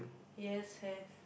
yes have